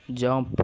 jump